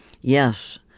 Yes